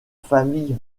famille